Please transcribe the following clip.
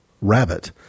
rabbit